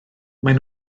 maen